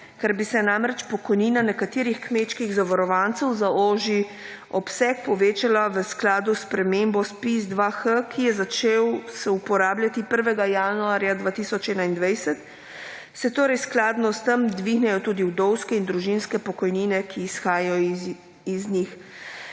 Ker bi se namreč pokojnina nekaterih kmečkih zavarovancev za ožji obseg povečala v skladu s spremembo ZPIZ-2H, ki je začel se uporabljati 1. januarja 2021, se torej skladno s tem dvignejo tudi vdovske in družinske pokojnine, ki izhajajo iz njih.